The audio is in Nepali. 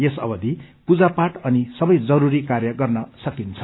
यस अवधि पूजा पाठ अनि सबै जरूरी कार्य गर्न सकिन्छ